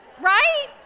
right